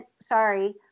sorry